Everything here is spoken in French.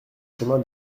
chemin